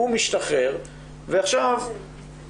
הוא משתחרר עכשיו,